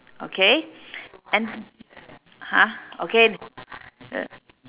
okay and !huh! okay